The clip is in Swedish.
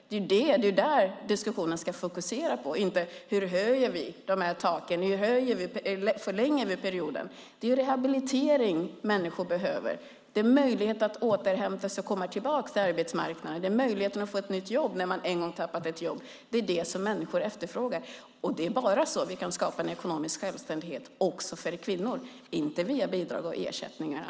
Det är det som diskussionen ska fokusera på, inte på hur vi ska höja taken och förlänga perioden. Människor behöver rehabilitering, möjlighet att återhämta sig och komma tillbaka till arbetsmarknaden och möjlighet att få ett nytt jobb. Det är vad människor efterfrågar. Det är bara så vi kan skapa ekonomisk självständighet också för kvinnor, inte via bidrag och ersättningar.